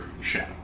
shadow